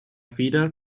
feder